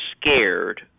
scared